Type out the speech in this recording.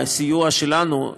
בסיוע שלנו,